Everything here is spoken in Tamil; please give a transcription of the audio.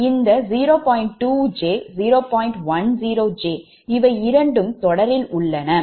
10j இவை இரண்டும் தொடரில் உள்ளன